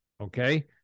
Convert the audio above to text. okay